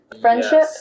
friendship